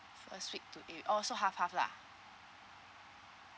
first week to eighth oh so half half lah